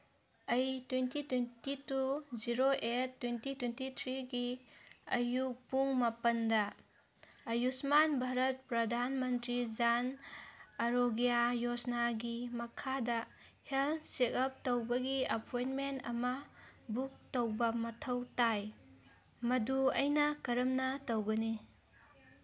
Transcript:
ꯑꯩ twenty twenty two zero eight twenty twenty ꯊ꯭ꯔꯤꯒꯤ ꯑꯌꯨꯛ ꯄꯨꯡ ꯃꯥꯄꯟꯗ ꯑꯌꯨꯁꯃꯥꯟ ꯚꯥꯔꯠ ꯄ꯭ꯔꯙꯥꯟ ꯃꯟꯇ꯭ꯔꯤ ꯖꯥꯟ ꯑꯔꯣꯒ꯭ꯌꯥ ꯌꯣꯖꯅꯥꯒꯤ ꯃꯈꯥꯗ ꯍꯦꯜꯠ ꯆꯦꯛꯑꯞ ꯇꯧꯕꯒꯤ ꯑꯄꯣꯏꯟꯃꯦꯟ ꯑꯃ ꯕꯨꯛ ꯇꯧꯕ ꯃꯊꯧ ꯇꯥꯏ ꯃꯗꯨ ꯑꯩꯅ ꯀꯔꯝꯅ ꯇꯧꯒꯅꯤ